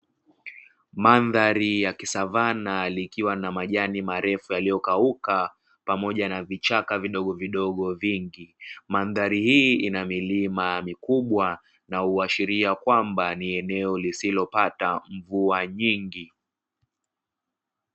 Mandhari ya kisavana ikiwa na majani marefu yaliyokauka pamoja na vichaka vidogovidogo vingi. Mandhari hii ina milima mikubwa na huashiria kwamba ni eneo lisilopata mvua nyingi.